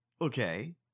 Okay